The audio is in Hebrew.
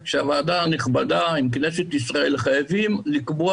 שהוועדה הנכבדה עם כנסת ישראל חייבות לקבוע